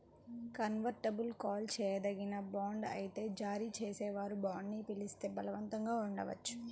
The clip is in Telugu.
కన్వర్టిబుల్ కాల్ చేయదగిన బాండ్ అయితే జారీ చేసేవారు బాండ్ని పిలిస్తే బలవంతంగా ఉండవచ్చు